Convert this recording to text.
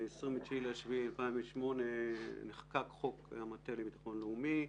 ב-29 ביולי 2008 נחקק חוק המטה לביטחון הלאומי.